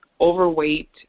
overweight